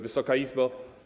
Wysoka Izbo!